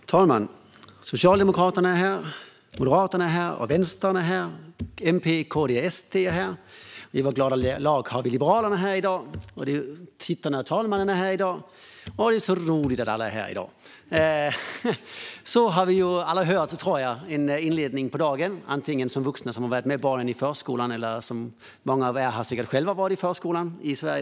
Fru talman! Socialdemokraterna är här, Moderaterna är här och Vänstern är här och MP, KD och SD är här.I vårt glada lag har vi Liberalerna här i dag, och tittarna och talmannen är här i dag. Åh, det är så roligt att alla är här i dag! Vi har väl alla, tror jag, hört den inledningen på dagen, antingen som vuxna som varit med barnen i förskolan eller som barn. Många av er har säkert själva gått i förskolan i Sverige.